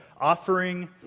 offering